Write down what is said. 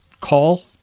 call